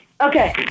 Okay